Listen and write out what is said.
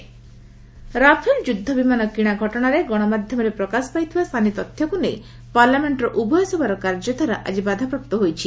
parliament adjourn Rafale ଯୁଦ୍ଧ ବିମାନ କିଣା ଘଟଣାରେ ଗଣମାଧ୍ୟମରେ ପ୍ରକାଶ ପାଇଥିବା ସାନି ତଥ୍ୟକୁ ନେଇ ପାର୍ଲାମେଷ୍ଟର ଉଭୟ ସଭାର କାର୍ଯ୍ୟଧାରା ଆକି ବାଧାପ୍ରାପ୍ତ ହୋଇଛି